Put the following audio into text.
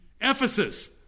Ephesus